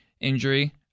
injury